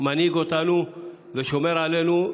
שמנהיג אותנו ושומר עלינו.